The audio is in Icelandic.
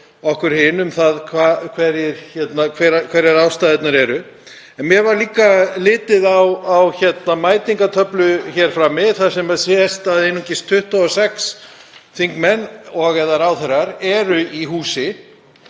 okkur hin um hverjar ástæðurnar eru. En mér var líka litið á mætingartöflu hér frammi þar sem sést að einungis 26 þingmenn og/eða ráðherrar eru í húsi